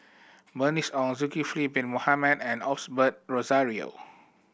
Bernice Ong Zulkifli Bin Mohamed and Osbert Rozario